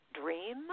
dream